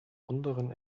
unteren